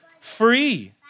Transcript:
free